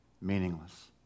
meaningless